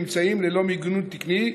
נמצאים ללא מיגון תקני.